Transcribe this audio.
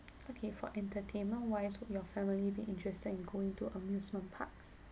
okay for entertainment wise would your family be interested in going to amusement parks